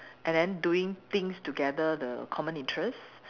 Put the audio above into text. and then doing things together the common interest